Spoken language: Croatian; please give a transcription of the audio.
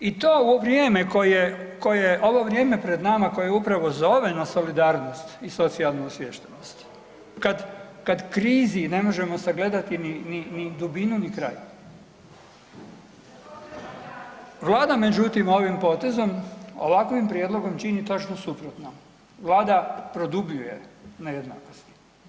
I to u vrijeme, ovo vrijeme pred nama koje upravo zove na solidarnost i socijalnu osviještenost, kada krizi ne možemo sagledati ni dubinu ni kraj, Vlada međutim ovim potezom, ovakvim prijedlogom čini točno suprotno, Vlada produbljuje nejednakost.